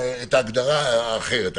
ההגדרה האחרת.